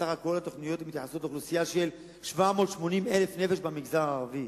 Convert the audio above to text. בסך הכול התוכניות מתייחסות לאוכלוסייה של 780,000 נפש במגזר הערבי.